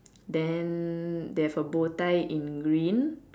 then they have a bow tie in green